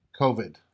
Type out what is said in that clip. COVID